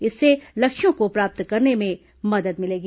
इससे लक्ष्यों को प्राप्त करने में मदद मिलेगी